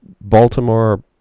Baltimore